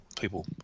people